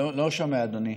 לא שומע, אדוני.